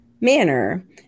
manner